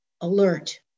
alert